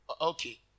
Okay